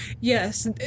Yes